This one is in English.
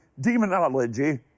Demonology